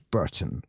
Burton